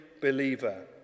believer